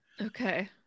okay